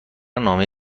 نامه